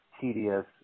tedious